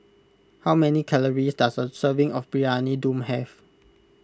how many calories does a serving of Briyani Dum have